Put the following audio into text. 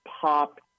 pop